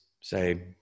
say